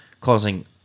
causing